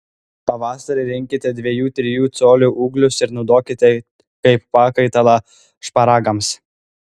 pavasarį rinkite dviejų trijų colių ūglius ir naudokite kaip pakaitalą šparagams